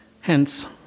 Hence